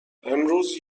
امروز